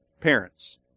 parents